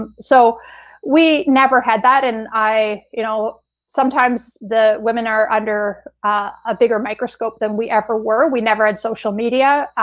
um so we never had that and i you know sometimes the women are under a bigger microscope than we ever were. we never had social media.